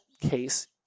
case